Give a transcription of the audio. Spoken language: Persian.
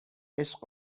عشق